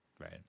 right